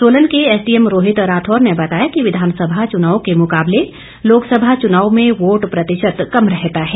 सोलन के एसडीएम रोहित राठौर ने बताया कि विधानसभा चुनाव के मुकाबले लोकसभा चुनाव में वोट प्रतिशत कम रहता है